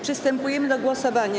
Przystępujemy do głosowania.